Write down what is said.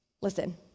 Listen